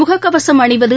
முகக்கவசம் அணிவது